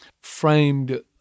framed